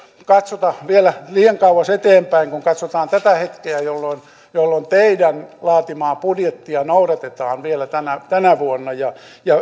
katsota vielä liian kauas eteenpäin kun katsotaan tätä hetkeä jolloin jolloin teidän laatimaanne budjettia noudatetaan vielä tänä tänä vuonna ja ja